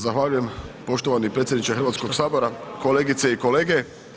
Zahvaljujem poštovani predsjedniče Hrvatskog sabora, kolegice i kolege.